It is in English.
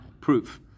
proof